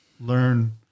learn